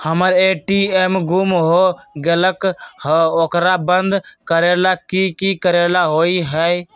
हमर ए.टी.एम गुम हो गेलक ह ओकरा बंद करेला कि कि करेला होई है?